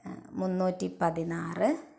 മുന്നൂറ്റിപതിനാറ്